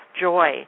joy